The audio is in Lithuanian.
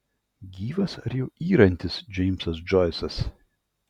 gyvas ar jau yrantis džeimsas džoisas